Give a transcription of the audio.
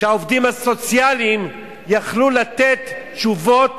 שהעובדים הסוציאליים יכלו לתת תשובות